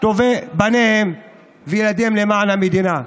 טובי בניהם וילדיהם למען המדינה,